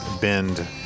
bend